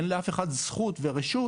אין לאף אחד זכות ורשות